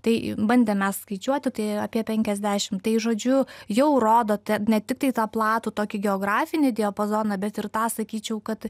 tai bandėm mes skaičiuoti tai apie penkiasdešimt tai žodžiu jau rodote ne tiktai tą platų tokį geografinį diapazoną bet ir tą sakyčiau kad